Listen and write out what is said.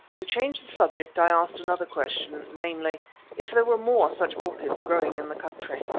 to change the subject i asked another question, namely if there were more such orchids growing in the country?